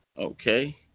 Okay